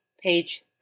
page